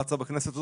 שרצה בכנסת הזו,